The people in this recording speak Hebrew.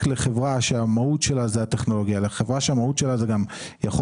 לחברה שהמהות שלה היא הטכנולוגיה אלא חברה שהמהות שלה היא גם יכול